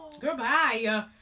Goodbye